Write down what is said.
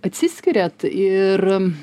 atsiskiriat ir